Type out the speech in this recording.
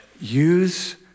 Use